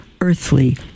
earthly